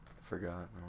forgot